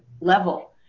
level